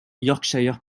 yorkshire